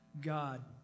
God